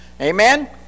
Amen